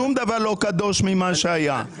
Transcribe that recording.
שום דבר ממה שהיה לא קדוש,